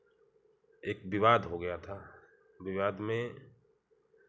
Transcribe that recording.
एक विवाद हो गया था विवाद में